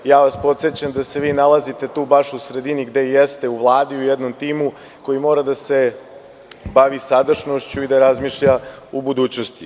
Podsećam vas da se vi nalazite tu baš u sredini gde i jeste u Vladi, u jednom timu koji mora da se bavi sadašnjošću i da razmišlja u budućnosti.